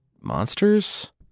monsters